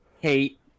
Hate